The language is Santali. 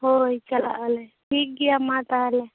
ᱦᱳᱭ ᱪᱟᱞᱟᱜ ᱟᱞᱮ ᱴᱷᱤᱠ ᱜᱮᱭᱟ ᱢᱟ ᱛᱟᱦᱚᱞᱮ